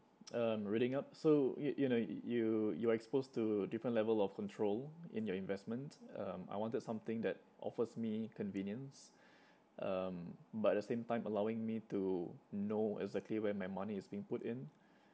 um reading up so you you know you you you you are exposed to different level of control in your investment um I wanted something that offers me convenience um but at the same time allowing me to know exactly where my money is being put in